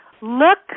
look